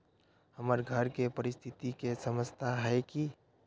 हमर घर के परिस्थिति के समझता है की?